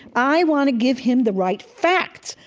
i want to give him the right facts.